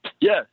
yes